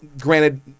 granted